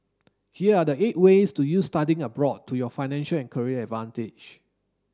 here are the eight ways to use studying abroad to your financial and career advantage